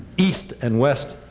east and west,